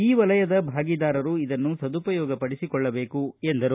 ಈ ವಲಯದ ಭಾಗಿದಾರರು ಇದನ್ನು ಸದುಪಯೋಗಪಡಿಸಿಕೊಳ್ಳಬೇಕು ಎಂದರು